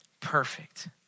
perfect